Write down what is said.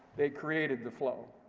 they created the flow.